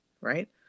Right